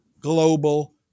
global